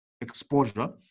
exposure